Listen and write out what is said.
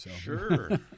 Sure